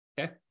Okay